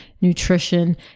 nutrition